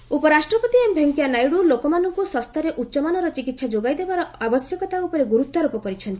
VP ଏମ୍ବ ଉପରାଷ୍ଟ୍ରପତି M Venkaiah Naidu ଲୋକମାନଙ୍କୁ ଶସ୍ତାରେ ଉଚ୍ଚମାନର ଚିକିତ୍ସା ଯୋଗାଇବାର ଆବଶ୍ୟକତା ଉପରେ ଗୁରୁତ୍ୱାରୋପ କରିଛନ୍ତି